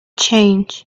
change